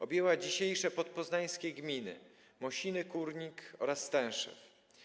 Objęła dzisiejsze podpoznańskie gminy: Mosiny, Kórnik oraz Stęszew.